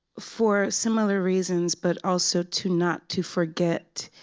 for similar reasons, but also to not to forget.